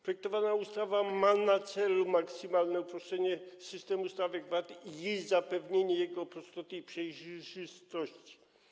Projektowana ustawa ma na celu maksymalne uproszczenie systemu stawek VAT i zapewnienie jego prostoty i przejrzystości.